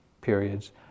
periods